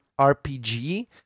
RPG